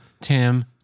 Tim